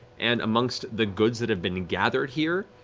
and amongst the goods that have been gathered here,